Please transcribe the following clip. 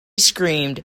screamed